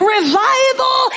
Revival